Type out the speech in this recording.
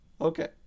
Okay